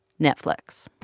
netflix